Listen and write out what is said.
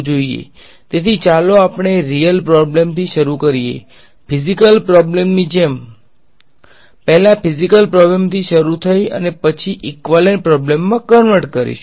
તેથી ચાલો આપણે રીયલ પ્રોબ્લેમ થી શરુ કરીએ ફીજીકલ પ્રોબ્લેમની જેમ પહેલા ફીજીકલ પ્રોબ્લેમથી શરુ થઈ અને પછી ઈક્વાલેંટ પ્રોબ્લેમમા કંવર્ટ કરીશુ